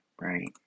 right